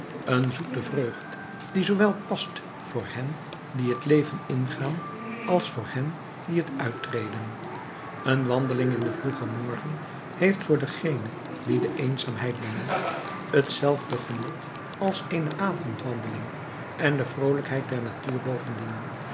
een zoete vreugd die zoowel past voor hen die het leven ingaan als voor hen die het uittreden een wandeling in den vroegen morgen heeft voor dengeen die de eenzaamheid bemint hetzelfde genot als eene avondwandeling en de vroolijkheid der natuur bovendien